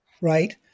right